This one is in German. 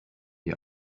die